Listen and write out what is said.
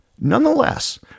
Nonetheless